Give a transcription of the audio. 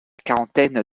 quarantaine